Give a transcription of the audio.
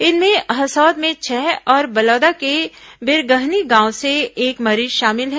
इनमें हसौद में छह और बलौदा के बिरगहनी गांव से एक मरीज शामिल है